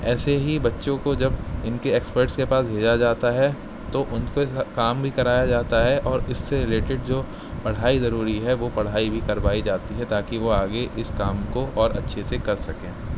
ایسے ہی بچوں کو جب ان کے ایکسپرٹ کے پاس بھیجا جاتا ہے تو ان کے کام بھی کرایا جاتا ہے اوراس سے ریلیٹیڈ جو پڑھائی ضروری ہے وہ پڑھائی بھی کروائی جاتی ہے تاکہ وہ آگے اس کام کو اور اچھے سے کر سکیں